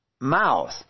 mouth